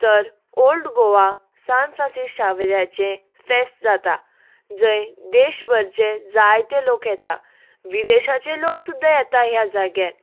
तर ओल्ड गोवा सान फ्रांसीस शावेऱ्याचें फेस्त जाता जंय देश भरचे जायते लोक येता विदेशाचे लोक सुद्दा येता ह्या जाग्यार